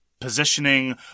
positioning